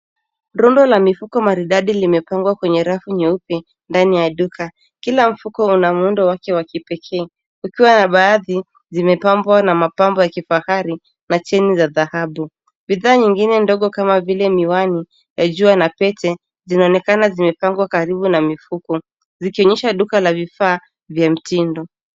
Rundo la mifuko maridadi limepangwa kwenye rafu nyeupe, ndani ya duka. Kila mfuko una muundo wake wa kipekee, ukiwa na baadhi zimepambwa na mapambo ya kifahari na chini za dhahabu. Bidhaa nyingine ndogo kama vile miwani ya jua na pete, zinaonekana zimepangwa karibu na mifuko, zikionyesha duka la vifaa vya mtindo.